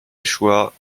échoua